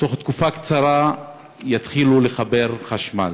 בתוך תקופה קצרה יתחילו לחבר חשמל.